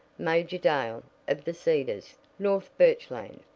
major dale, of the cedars, north birchland.